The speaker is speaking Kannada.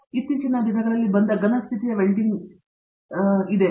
ಆದ್ದರಿಂದ ಇತ್ತೀಚಿನ ದಿನಗಳಲ್ಲಿ ಬಂದ ಘನ ಸ್ಥಿತಿಯ ವೆಲ್ಡಿಂಗ್ ಎಂದು ಕರೆಯಲ್ಪಡುತ್ತದೆ